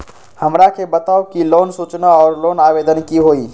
हमरा के बताव कि लोन सूचना और लोन आवेदन की होई?